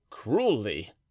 cruelly